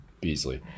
Beasley